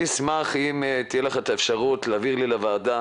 אני אשמח אם תהיה לך את האפשרות להעביר אלי לוועדה